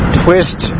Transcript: twist